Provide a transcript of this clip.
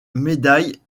médailles